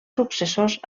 successors